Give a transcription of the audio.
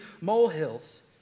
molehills